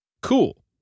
Cool